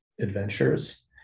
adventures